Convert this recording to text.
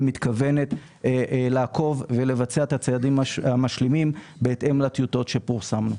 ומתכוונת לעקוב ולבצע את הצעדים המשלימים בהתאם לטיוטות שפרסמנו.